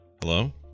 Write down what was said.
Hello